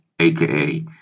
aka